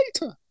later